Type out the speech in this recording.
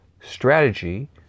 strategy